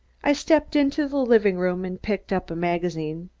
i stepped into the living-room and picked up a magazine.